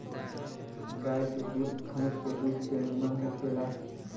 गाय के दूध भइस के दूध से निमन होला